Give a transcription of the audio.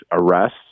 arrests